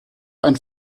ein